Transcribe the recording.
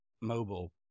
mobile